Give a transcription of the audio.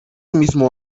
mismo